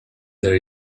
there